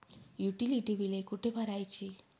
Utility बिले कुठे भरायची?